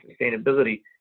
sustainability